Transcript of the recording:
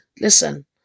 listen